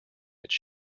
its